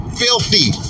filthy